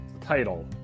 title